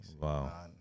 Wow